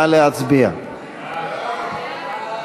נא להצביע בקריאה שנייה.